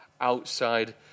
outside